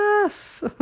Yes